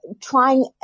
trying